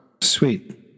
Sweet